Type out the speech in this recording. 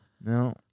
No